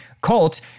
cult